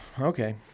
Okay